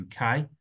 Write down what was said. UK